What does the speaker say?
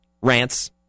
rants